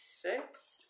six